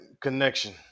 connection